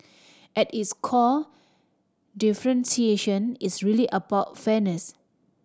at its core differentiation is really about fairness